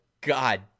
god